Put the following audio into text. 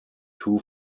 two